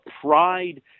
pride